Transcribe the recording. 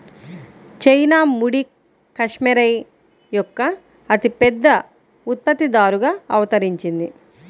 China ముడి cashmere యొక్క అతిపెద్ద ఉత్పత్తిదారుగా అవతరించింది